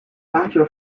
latter